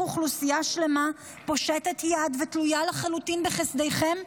אוכלוסייה שלמה פושטת יד ותלויה לחלוטין בחסדיכם?